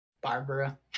Barbara